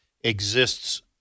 exists